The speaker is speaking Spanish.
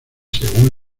según